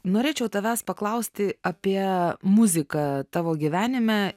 norėčiau tavęs paklausti apie muziką tavo gyvenime